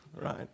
right